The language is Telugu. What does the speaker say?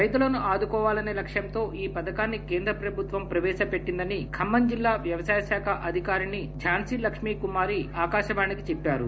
రైతులను ఆదుకోవాలసే లక్క్యంతో ఈ పథకాన్ని కేంద్ర ప్రభుత్వం ప్రవేశపెట్టిందని ఖమ్మం జిల్లా వ్యవసాయ శాఖ అధికారిని ఝాన్సీ లక్ష్మీ కుమారి ఆకాశవాణితో చెప్పారు